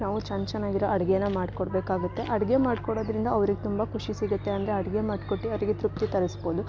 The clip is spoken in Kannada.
ನಾವು ಚೆನ್ನ ಚೆನ್ನಾಗಿರೋ ಅಡಿಗೆ ಮಾಡ್ಕೊಡಬೇಕಾಗುತ್ತೆ ಅಡಿಗೆ ಮಾಡ್ಕೊಡೋದ್ರಿಂದ ಅವ್ರಿಗೆ ತುಂಬ ಖುಷಿ ಸಿಗುತ್ತೆ ಅಂದರೆ ಅಡಿಗೆ ಮಾಡ್ಕೊಟ್ಟು ಅವರಿಗೆ ತೃಪ್ತಿ ತರಿಸ್ಬೌದು